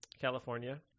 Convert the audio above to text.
California